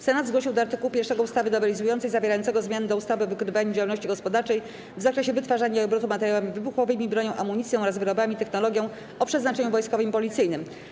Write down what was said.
Senat zgłosił do art. 1 ustawy nowelizującej zawierającego zmiany do ustawy o wykonywaniu działalności gospodarczej w zakresie wytwarzania i obrotu materiałami wybuchowymi, bronią, amunicją oraz wyrobami i technologią o przeznaczeniu wojskowym i policyjnym.